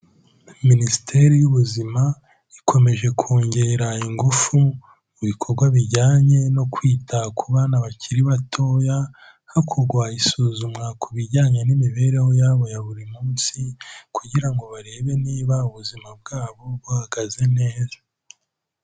Minisiteri y'Ubuzima, ikomeje kongera ingufu, mu bikorwa bijyanye no kwita ku bana bakiri batoya, hakorwa isuzumwa ku bijyanye n'imibereho yabo ya buri munsi kugira ngo barebe niba ubuzima bwabo buhagaze neza.